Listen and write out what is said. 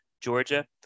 Georgia